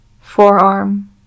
forearm